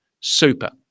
Super